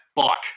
fuck